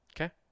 Okay